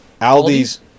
Aldi's